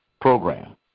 program